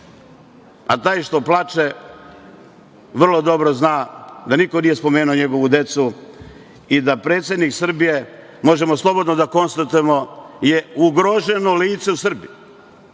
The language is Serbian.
a taj što plače vrlo dobro zna da niko nije spomenuo njegovu decu i da predsednik Srbije, možemo slobodno da konstatujemo, je ugroženo lice u Srbiji. Ne